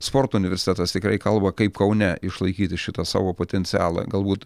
sporto universitetas tikrai kalba kaip kaune išlaikyti šitą savo potencialą galbūt